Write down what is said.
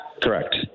Correct